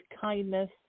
kindness